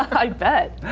i bet.